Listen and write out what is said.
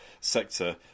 sector